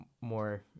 more